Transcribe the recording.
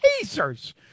Pacers